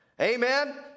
Amen